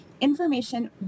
information